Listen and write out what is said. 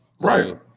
right